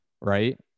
right